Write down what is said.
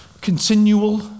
continual